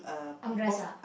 armrest ah